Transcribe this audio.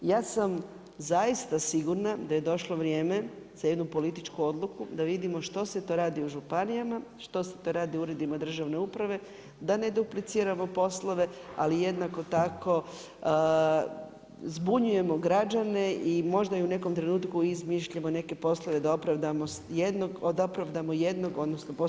Ja sam zaista sigurna da je došlo vrijeme za jednu političku odluku da vidimo što se to radi u županijama, što se to radi u uredima državne uprave, da ne dupliciramo poslove ali jednako tako zbunjujemo građane i možda i u nekom trenutku izmišljamo neke poslove da opravdamo jednog, odnosno postojanje jednih, odnosno drugih.